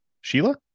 Sheila